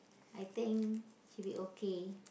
I think should be okay